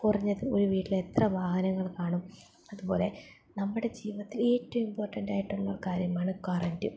കുറഞ്ഞത് ഒരു വീട്ടിലെത്ര വാഹനങ്ങൾ കാണും അതുപോലെ നമ്മുടെ ജീവിതത്തിൽ ഏറ്റവും ഇമ്പോർട്ടൻറ്റ് ആയിട്ടുള്ള കാര്യമാണ് കറൻറ്